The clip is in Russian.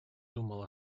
думал